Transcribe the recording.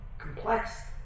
complex